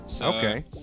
Okay